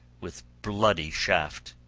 with bloody shaft.